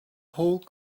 whole